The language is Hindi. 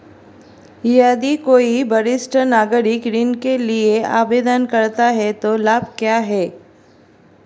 यदि कोई वरिष्ठ नागरिक ऋण के लिए आवेदन करता है तो क्या लाभ हैं?